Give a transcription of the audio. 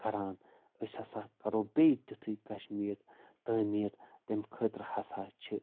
کران أسۍ ہسا کرو بیٚیہِ تِتھُے کشمیٖرتعٲمیٖر تمہِ خٲطرٕ ہسا چھِ